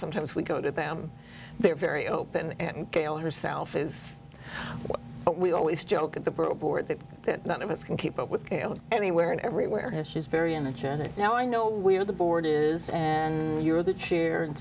sometimes we go to them they're very open and gail herself is but we always joke at the borough board that none of us can keep up with anywhere and everywhere and she's very energetic now i know we are the board is and you're the cheer and